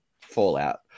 fallout